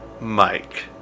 Mike